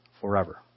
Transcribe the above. forever